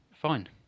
fine